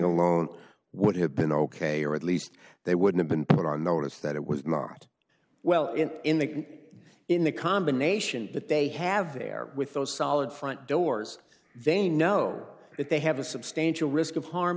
alone would have been ok or at least they would have been put on notice that it was not well in in the it in the combination that they have there with those solid front doors they know that they have a substantial risk of harm